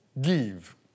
give